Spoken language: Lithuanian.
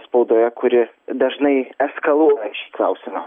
spaudoje kuri dažnai eskaluoja šį klausimą